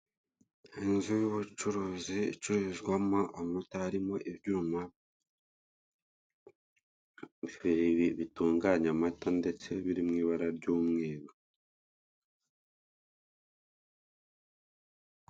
Inzu y'ubucuruzi icururizwamo amata, harimo ibyuma bibiri bitunganya amata ndetse biri mu ibara ry'umweru.